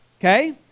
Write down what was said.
Okay